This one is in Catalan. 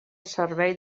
servei